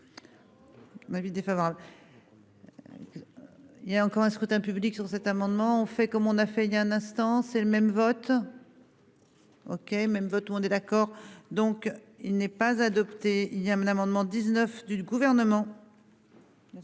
Il y a encore un scrutin public sur cet amendement, on fait comme on a fait il y a un instant, c'est le même vote. OK même votre monde est d'accord, donc il n'est pas adopté il y a un amendement 19 du gouvernement. Madame